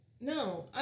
No